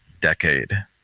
decade